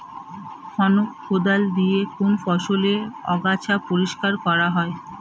খনক কোদাল দিয়ে কোন ফসলের আগাছা পরিষ্কার করা হয়?